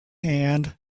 hand